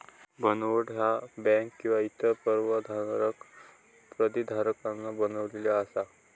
banknote ह्या bank किंवा इतर परवानाधारक प्राधिकरणान बनविली असा